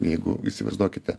jeigu įsivaizduokite